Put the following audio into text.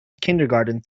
kindergarten